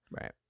right